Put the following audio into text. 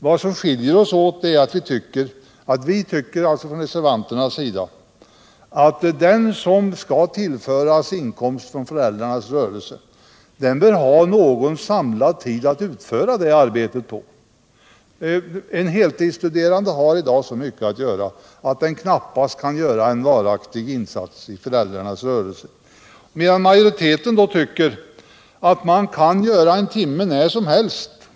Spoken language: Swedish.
Vad som där skiljer oss åt är att vi reservanter tycker att den som skall tillföras inkomst från föräldrars rörelse bör ha någon samlad tid att utföra det arbetet på. En heltidsstuderande har i dag så mycket att göra att han knappast kan utföra en varaktig arbetsinsats i föräldrarnas rörelse. Majoriteten tycker att ungdomarna kan göra en timme när som helst.